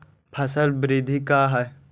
फसल वृद्धि का है?